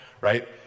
right